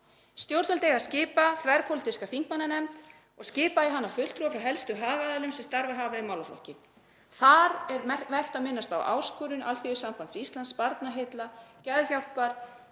Stjórnvöld eiga að skipa þverpólitíska þingmannanefnd og skipa í hana fulltrúa frá helstu hagaðilum sem starfað hafa við málaflokkinn. Þar er vert að minnast á áskorun Alþýðusambands Íslands, Barnaheilla, Geðhjálpar,